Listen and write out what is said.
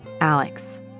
Alex